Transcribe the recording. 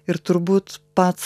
ir turbūt pats